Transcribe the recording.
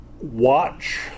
watch